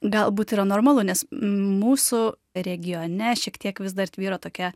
galbūt yra normalu nes mūsų regione šiek tiek vis dar tvyro tokia